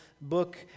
book